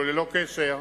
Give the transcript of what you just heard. וללא קשר,